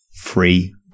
free